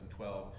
2012